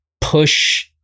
push